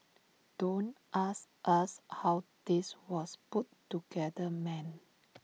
don't ask us how this was put together man